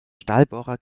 stahlbohrer